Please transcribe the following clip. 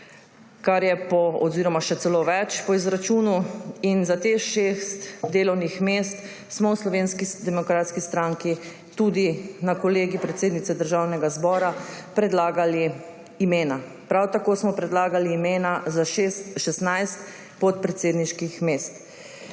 mest, oziroma še celo več po izračunu, in za teh šest delovnih mest smo v Slovenski demokratski stranki tudi na Kolegiju predsednice Državnega zbora predlagali imena. Prav tako smo predlagali imena za 16 podpredsedniških mest.